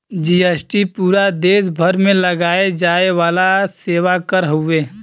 GST पूरा देस भर में लगाये जाये वाला सेवा कर हउवे